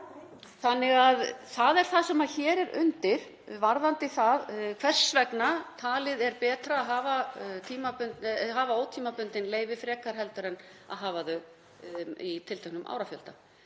þannig að það er það sem hér er undir varðandi það hvers vegna talið er betra að hafa ótímabundin leyfi frekar en að hafa þau með tilteknum árafjölda.